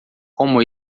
como